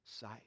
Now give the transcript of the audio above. sight